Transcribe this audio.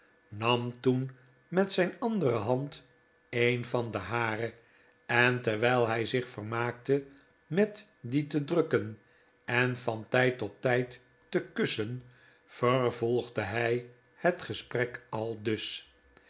nam toen met zijn andere hand een van de hare en terwijl hij zich vermaakte met die te drukken en van tijd tot tijd te kussen vervolgde hij het gesprek aldus